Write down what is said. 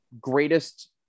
greatest